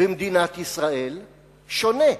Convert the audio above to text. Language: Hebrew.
במדינת ישראל שונה.